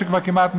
שכבר כמעט מוכן,